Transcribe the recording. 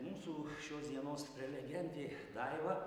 mūsų šios dienos prelegentė daiva